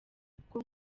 kuko